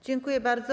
Dziękuję bardzo.